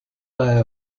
day